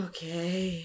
Okay